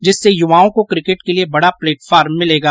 जिससे युवाओं को क्रिकेट के लिए बड़ा प्लेटफार्म मिलेगा